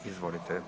Izvolite.